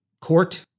court